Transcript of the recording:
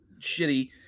shitty